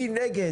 מי נגד?